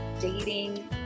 dating